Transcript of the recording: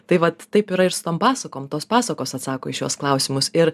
tai vat taip yra ir su tom pasakom tos pasakos atsako į šiuos klausimus ir